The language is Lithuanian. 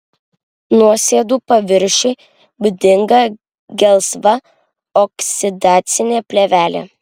nuosėdų paviršiui būdinga gelsva oksidacinė plėvelė